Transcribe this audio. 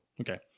Okay